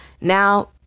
now